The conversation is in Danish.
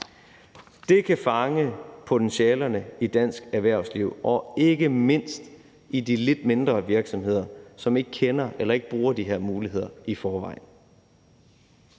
Det kan fange potentialerne i dansk erhvervsliv og ikke mindst i de lidt mindre virksomheder, som ikke kender eller ikke bruger de her muligheder i forvejen.